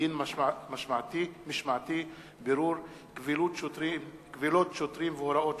ביטוח בריאות ממלכתי (תיקון מס' 47),